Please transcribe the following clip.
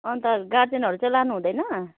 अन्त गार्जेनहरू चाहिँ लानु हुँदैन